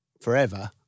forever